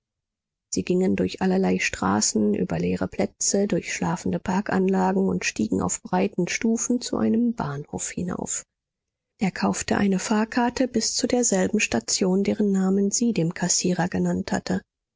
sie gingen durch allerlei straßen über leere plätze durch schlafende parkanlagen und stiegen auf breiten stufen zu einem bahnhof hinauf er kaufte eine fahrkarte bis zu derselben station deren namen sie dem kassierer genannt hatte